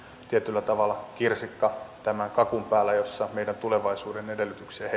tietyllä tavalla kirsikka tämän kakun päällä jossa meidän tulevaisuutemme edellytyksiä